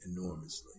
enormously